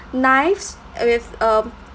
knives with um